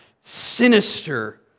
sinister